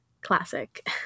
classic